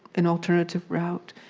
an alternative route.